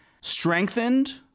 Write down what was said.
strengthened